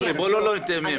בואו לא ניתמם.